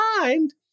mind